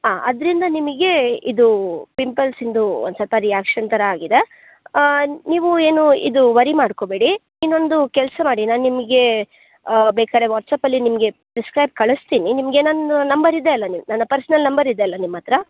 ಹಾಂ ಅದರಿಂದ ನಿಮಗೆ ಇದು ಪಿಂಪಲ್ಸಿಂದು ಒಂದು ಸ್ವಲ್ಪ ರಿಯಾಕ್ಷನ್ ಥರ ಆಗಿದೆ ನೀವು ಏನು ಇದು ವರಿ ಮಾಡ್ಕೋಬೇಡಿ ಇನ್ನೊಂದು ಕೆಲಸ ಮಾಡಿ ನಾನು ನಿಮ್ಗೆ ಬೇಕಾದ್ರೆ ವಾಟ್ಸಪ್ಪಲ್ಲಿ ನಿಮಗೆ ಪ್ರಿಸ್ಕ್ರೈಬ್ ಕಳಿಸ್ತೀನಿ ನಿಮಗೆ ನನ್ನ ನಂಬರ್ ಇದೆ ಅಲ್ವ ನೀವು ನನ್ನ ಪರ್ಸ್ನಲ್ ನಂಬರ್ ಇದೆಯಲ್ವ ನಿಮ್ಮ ಹತ್ರ